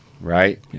right